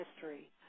history